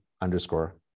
underscore